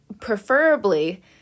preferably